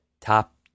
top